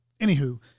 Anywho